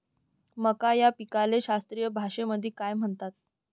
मका या पिकाले शास्त्रीय भाषेमंदी काय म्हणतात?